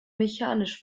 mechanisch